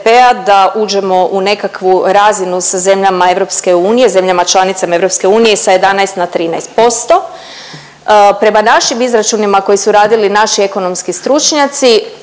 da uđemo u nekakvu razinu sa zemljama EU, zemljama članicama EU sa 11 na 13%. Prema našim izračunima koje su radili naši ekonomski stručnjaci